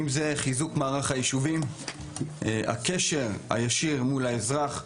בין היתר חיזוק מערך היישובים והקשר הישיר מול האזרח.